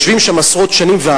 יושבים שם עשרות שנים.